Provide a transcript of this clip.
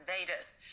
invaders